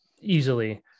easily